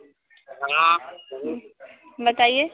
बताइए